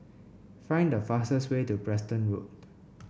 find the fastest way to Preston Road